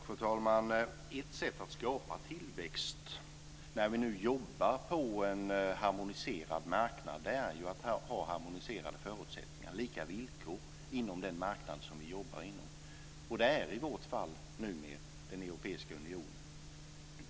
Fru talman! Ett sätt att skapa tillväxt när vi nu jobbar på en harmoniserad marknad är ju att ha harmoniserade förutsättningar och lika villkor inom den marknad som vi jobbar på. Och det är i vårt fall numera den europeiska unionen.